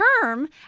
term